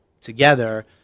together